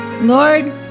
Lord